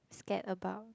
scared about